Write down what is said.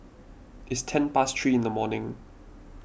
its ten past three in the morning